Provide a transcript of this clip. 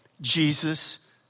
Jesus